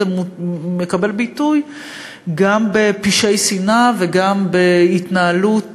מקבל ביטוי גם בפשעי שנאה וגם בהתנהלות